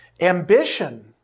Ambition